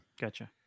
Gotcha